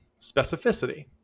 specificity